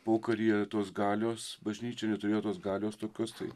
pokaryje tos galios bažnyčia neturėjo tos galios tokios tai